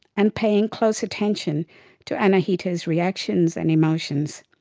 and paying close attention to anahita's reactions and emotions.